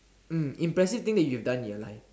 mm impressive thing that you done in your life